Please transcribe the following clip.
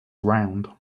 round